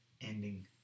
ending